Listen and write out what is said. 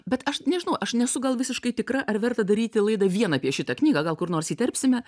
bet aš nežinau aš nesu gal visiškai tikra ar verta daryti laidą vien apie šitą knygą gal kur nors įterpsime